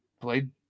played